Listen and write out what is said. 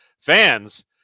Fans